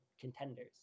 contenders